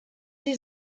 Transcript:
sie